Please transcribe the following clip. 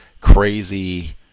crazy